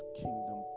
kingdom